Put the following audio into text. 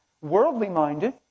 worldly-minded